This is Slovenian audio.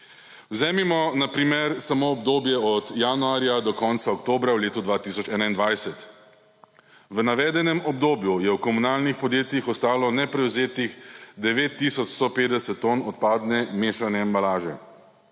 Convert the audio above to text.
Vzemimo, na primer, samo obdobje od januarja do konca oktobra v letu 2021. V navedenem obdobju je v komunalnih podjetjih ostalo neprevzetih 9 tisoč 150 ton odpadne mešane embalaže